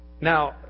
Now